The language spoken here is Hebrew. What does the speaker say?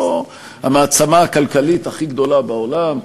לא המעצמה הכלכלית הכי גדולה בעולם,